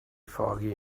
foggy